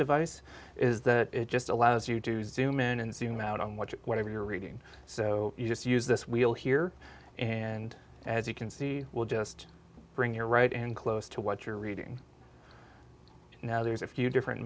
device is that it just allows you to zoom in and zoom out on what whatever you're reading so you just use this wheel here and as you can see will just bring you're right in close to what you're reading now there's a few different